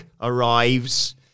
arrives